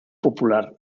popular